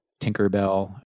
Tinkerbell